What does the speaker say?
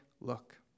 look